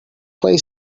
play